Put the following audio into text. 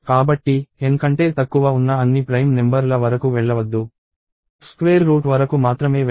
కాబట్టి N కంటే తక్కువ ఉన్న అన్ని ప్రైమ్ నెంబర్ ల వరకు వెళ్లవద్దు స్క్వేర్ రూట్ వరకు మాత్రమే వెళ్ళండి